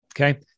Okay